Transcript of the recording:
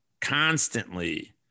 constantly